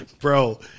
Bro